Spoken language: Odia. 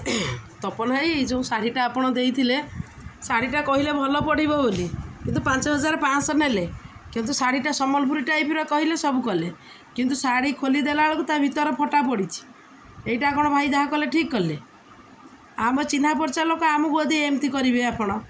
ତପନ ଭାଇ ଯେଉଁ ଶାଢ଼ୀଟା ଆପଣ ଦେଇଥିଲେ ଶାଢ଼ୀଟା କହିଲେ ଭଲ ପଡ଼ିବ ବୋଲି କିନ୍ତୁ ପାଞ୍ଚ ହଜାର ପାଞ୍ଚ ଶହ ନେଲେ କିନ୍ତୁ ଶାଢ଼ୀଟା ସମ୍ବଲପୁରୀ ଟାଇପ୍ରେ କହିଲେ ସବୁ କଲେ କିନ୍ତୁ ଶାଢ଼ୀ ଖୋଲି ଦେଲା ବେଳକୁ ତା ଭିତର ଫଟା ପଡ଼ିଛି ଏଇଟା ଆପଣ ଭାଇ ଯାହା କଲେ ଠିକ୍ କଲେ ଆମକୁ ଚିହ୍ନା ପରିଚୟ ଲୋକ ଆମକୁ ଯଦି ଏମିତି କରିବେ ଆପଣ